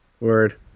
Word